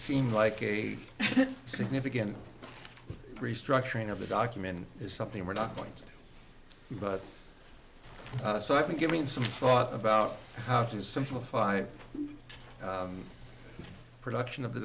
seemed like a significant restructuring of the document is something we're not going to do but so i've been given some thought about how to simplify production of the